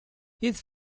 his